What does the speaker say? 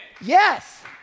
Yes